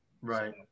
Right